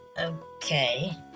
Okay